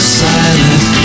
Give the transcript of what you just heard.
silent